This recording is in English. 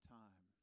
time